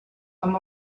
amb